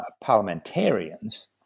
parliamentarians